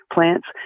plants